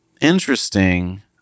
interesting